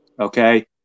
Okay